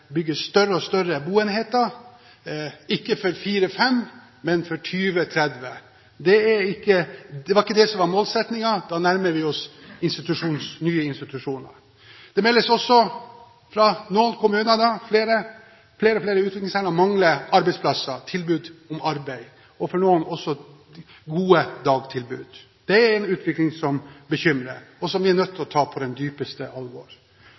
større og større boenheter, ikke for fire–fem, men for 20–30. Det var ikke det som var målsettingen. Da nærmer vi oss nye institusjoner. Det meldes også fra noen kommuner at flere og flere utviklingshemmede mangler arbeidsplasser, tilbud om arbeid, og for noen også gode dagtilbud. Det er en utvikling som bekymrer og som vi er nødt til å ta på det dypeste alvor.